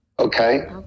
Okay